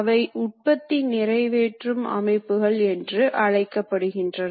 அவை உண்மையில் பொறியியல் வடிவமைப்பால் குறைக்கப்படுகின்றன